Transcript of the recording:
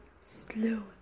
slow